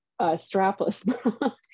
strapless